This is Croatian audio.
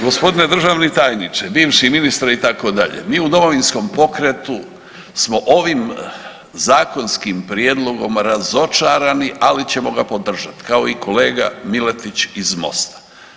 Gospodine državni tajniče, bivši ministre itd. mi u Domovinskom pokretu smo ovim zakonskim prijedlogom razočarani, ali ćemo ga podržat kao i kolega Miletić iz Mosta.